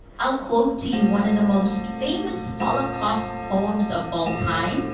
i'll quote to you one of the most famous holocaust poems of all time.